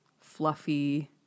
fluffy